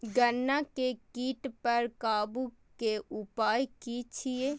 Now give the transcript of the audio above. गन्ना के कीट पर काबू के उपाय की छिये?